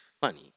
funny